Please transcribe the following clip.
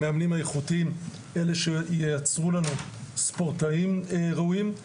המאמנים האיכותיים הם מי שייצרו לנו ספורטאים ראויים.